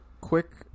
quick